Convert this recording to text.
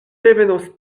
revenos